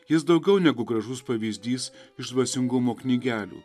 jis daugiau negu gražus pavyzdys iš dvasingumo knygelių